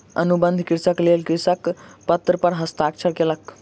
अनुबंध कृषिक लेल कृषक पत्र पर हस्ताक्षर कयलक